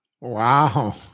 Wow